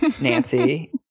Nancy